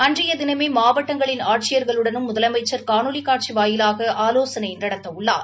அன்றைய தினமே மாவட்டங்களின் ஆட்சியர்களுடனும் முதலமைச்சர் காணொலி காட்சி வாயிலாக ஆலோசனை நடத்தவுள்ளார்